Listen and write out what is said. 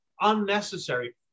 unnecessary